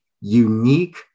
unique